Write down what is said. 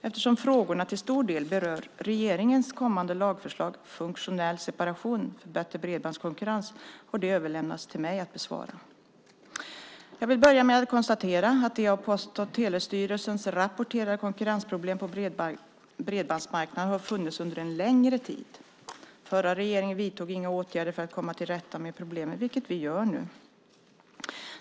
Eftersom frågorna till stor del berör regeringens kommande lagförslag, Funktionell separation för bättre bredbandskonkurrens, har de överlämnats till mig att besvara. Jag vill börja med att konstatera att de av Post och telestyrelsen rapporterade konkurrensproblemen på bredbandsmarknaden har funnits under en längre tid. Förra regeringen vidtog inga åtgärder för att komma till rätta med problemen, vilket vi gör nu.